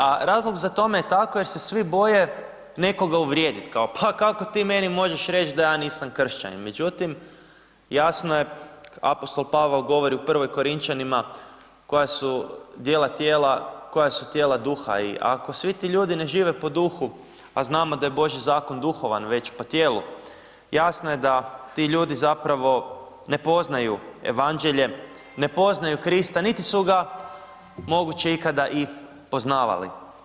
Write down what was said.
A razlog za tome je tako jer se svi boje nekoga uvrijediti kao, pa kako ti meni možeš reći da ja nisam kršćanin, međutim jasno je apostol Pavao govori u Prvoj Korinčanima koja su dijela tijela, koja su tijela duha i ako svi ti ljudi ne žive po duhu a znamo da je božji zakon duhovan već po tijelu, jasno je da ti ljudi zapravo ne poznaju evanđelje, ne poznaju Krista niti su ga moguće ikada i poznavali.